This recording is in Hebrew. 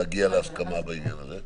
להגיע להסכמה בעניין הזה?